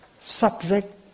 subject